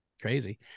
crazy